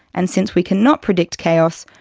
and since we cannot predict chaos,